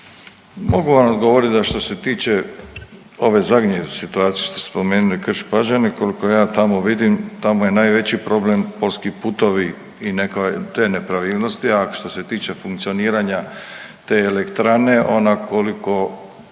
Mogu vam odgovorit da što se tiče ove zadnje situacije što ste spomenuli Krš-Pađene, koliko ja tamo vidim tamo je najveći problem poljski putovi i neke te nepravilnosti, a što se tiče funkcioniranja te elektrane ona koliko